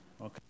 Okay